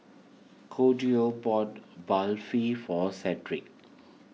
Claudio bought Barfi for Shedrick